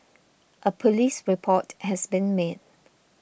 a police report has been made